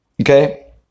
Okay